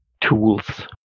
tools